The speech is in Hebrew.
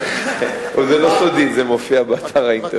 זה לא סודי, זה מופיע באתר האינטרנט.